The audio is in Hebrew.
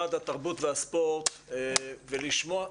למשרד התרבות והספורט ולשמוע.